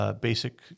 basic